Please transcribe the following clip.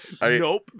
Nope